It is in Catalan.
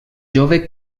jove